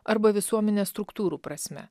arba visuomenės struktūrų prasme